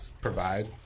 provide